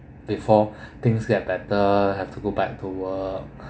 before things get better have to go back to work